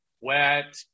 wet